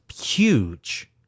huge